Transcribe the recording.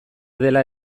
dela